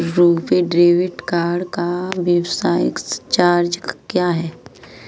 RuPay debit card का वार्षिक charge क्या है?